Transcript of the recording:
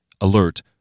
alert